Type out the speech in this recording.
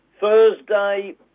Thursday